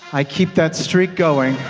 i keep that streak going.